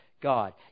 God